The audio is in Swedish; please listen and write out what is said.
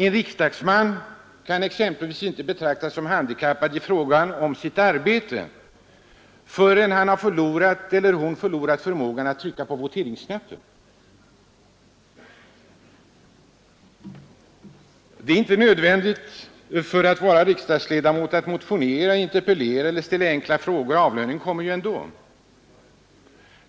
En riksdagsman kan inte betraktas som handikappad i fråga om sitt arbete förrän han eller hon förlorat förmågan att trycka på voteringsknappen. Det är inte nödvändigt för en riksdagsledamot att motionera, interpellera eller ställa enkla frågor; avlöningen kommer ju ändå.